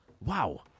wow